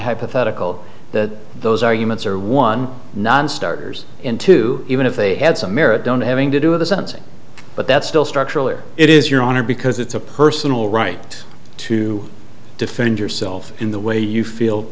hypothetical that those arguments are one nonstarters into even if they had some merit don't having to do with the sentencing but that's still structural or it is your honor because it's a personal right to defend yourself in the way you feel